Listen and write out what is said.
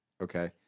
okay